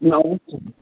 March থেকে